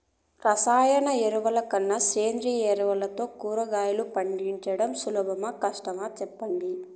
రసాయన ఎరువుల కన్నా సేంద్రియ ఎరువులతో కూరగాయలు పండించడం సులభమా కష్టమా సెప్పండి